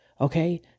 Okay